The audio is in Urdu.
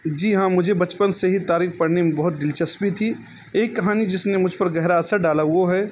جی ہاں مجھے بچپن سے ہی تاریخ پڑھنے میں بہت دلچسپی تھی ایک کہانی جس نے مجھ پر گہر اثر ڈالا ہو وہ ہے